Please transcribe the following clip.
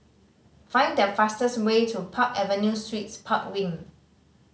find the fastest way to Park Avenue Suites Park Wing